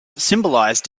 symbolize